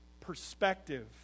perspective